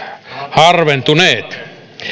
harventuneet